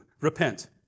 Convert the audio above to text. Repent